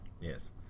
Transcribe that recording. Yes